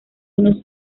unos